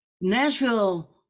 Nashville